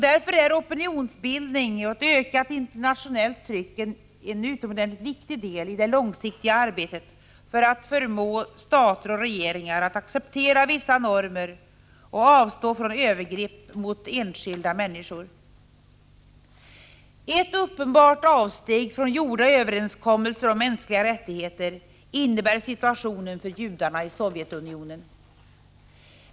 Därför är opinionsbildning och ett ökat internationellt tryck en utomordentligt viktig del i det långsiktiga arbetet för att förmå stater och regeringar att acceptera vissa normer och avstå från övergrepp mot enskilda människor. Ett uppenbart avsteg från träffade överenskommelser om mänskliga rättigheter innebär situationen för judarna i Sovjetunionen.